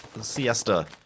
siesta